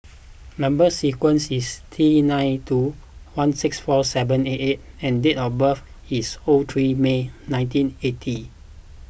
Number Sequence is T nine two one six four seven eight and date of birth is O three May nineteen eighty